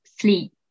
sleep